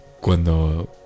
cuando